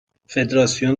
فدراسیون